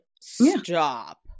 Stop